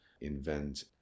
invent